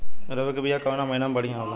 रबी के बिया कवना महीना मे बढ़ियां होला?